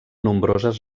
nombroses